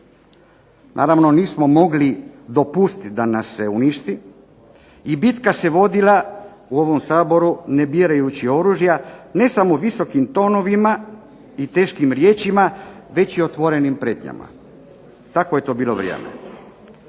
Naravno nismo mogli dopustiti da nas se uništi i bitka se vodila u ovom Saboru, ne dirajući oružja, ne samo visokim tonovima i teškim riječima, već i otvorenim prijetnjama. Takvo je to bilo vrijeme.